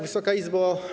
Wysoka Izbo!